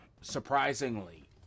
surprisingly